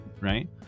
right